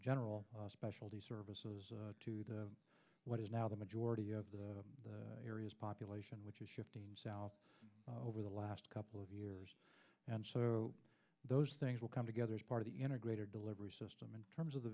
general specialty services to the what is now the majority of the area's population which is shifting south over the last couple of years and so those things will come together as part of the integrated delivery system in terms of the